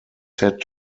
set